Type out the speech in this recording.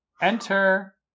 Enter